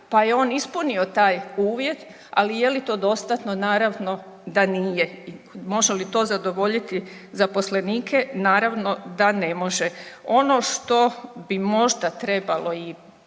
pa je on ispunio taj uvjet, ali je li to dostatno, naravno da nije. Može li to zadovoljiti zaposlenike, naravno da ne može. Ono što bi možda trebao i